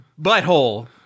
butthole